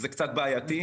זה קצת בעייתי.